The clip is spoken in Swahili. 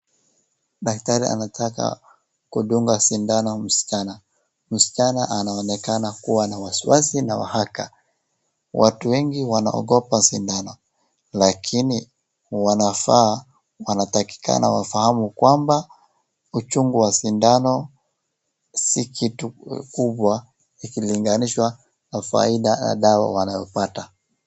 Daktari anataka kudunga sindano msichana, msichana anaonekana kuwa na wasiwasi na wahaka. Watu wengi wanaogopa sindano, lakini wanafaa, wanatakikana wafahamu kwamba, uchungu wa sindano si kitu kubwa, ikilinganishwa na faida na dawa wanayopata.